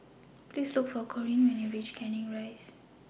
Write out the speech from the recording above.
Please Look For Corrine when YOU REACH Canning Rise